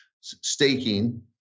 staking